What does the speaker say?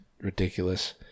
ridiculous